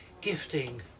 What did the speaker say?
gifting